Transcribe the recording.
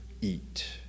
eat